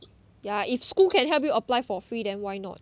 ya if school can help you apply for free then why not